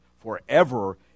forever